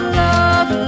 love